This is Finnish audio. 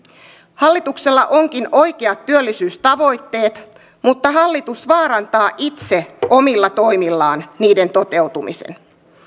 hallituksella onkin oikeat työllisyystavoitteet mutta hallitus vaarantaa itse omilla toimillaan niiden toteutumisen